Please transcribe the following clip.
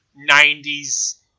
90s